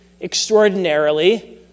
extraordinarily